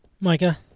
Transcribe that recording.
Micah